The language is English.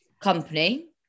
company